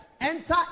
enter